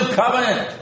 covenant